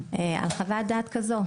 על חוות כזו.